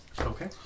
Okay